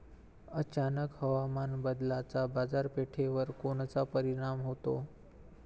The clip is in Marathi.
अचानक हवामान बदलाचा बाजारपेठेवर कोनचा परिणाम होतो?